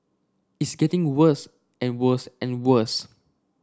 it's getting worse and worse and worse